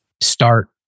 start